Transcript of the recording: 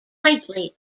tightly